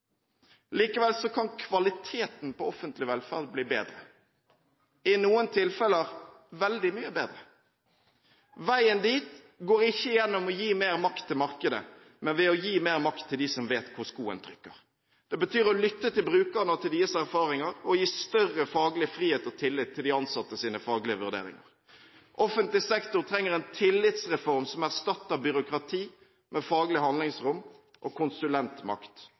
Likevel kan kvaliteten på offentlig velferd bli bedre – i noen tilfeller veldig mye bedre. Veien dit går ikke gjennom å gi mer makt til markedet, men ved å gi mer makt til dem som vet hvor skoen trykker. Det betyr å lytte til brukerne og til deres erfaringer og å gi større faglig frihet og tillit til de ansattes faglige vurderinger. Offentlig sektor trenger en tillitsreform som erstatter byråkrati med faglig handlingsrom og konsulentmakt